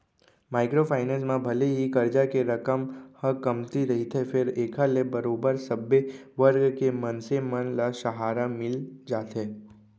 micro finance म भले ही करजा के रकम ह कमती रहिथे फेर एखर ले बरोबर सब्बे वर्ग के मनसे मन ल सहारा मिल जाथे